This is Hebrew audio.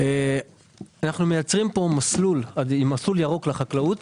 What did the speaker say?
אנחנו מייצרים פה מסלול ירוק לחקלאות.